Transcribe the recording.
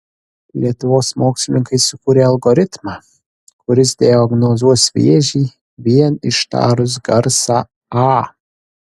lietuvos mokslininkai sukūrė algoritmą kuris diagnozuos vėžį vien ištarus garsą a